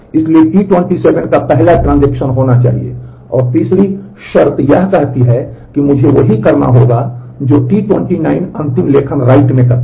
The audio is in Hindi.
इसलिए T27 का पहला ट्रांजेक्शन होना चाहिए अगर तीसरी शर्त यह कहती है कि मुझे वही करना होगा जो T29 अंतिम लेखन में करता है